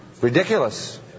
Ridiculous